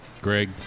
Greg